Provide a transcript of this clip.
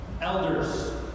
Elders